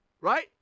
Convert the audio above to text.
Right